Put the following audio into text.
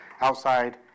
outside